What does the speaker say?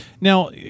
Now